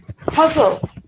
puzzle